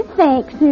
thanks